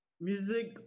music